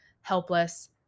helpless